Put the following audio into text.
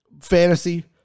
fantasy